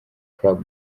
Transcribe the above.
club